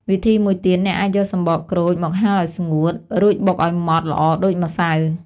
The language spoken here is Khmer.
វិធីមួយទៀត អ្នកអាចយកសំបកក្រូចមកហាលឲ្យស្ងួត រួចបុកឲ្យម៉ដ្ឋល្អដូចម្សៅ។